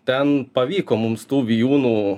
ten pavyko mums tų vijūnų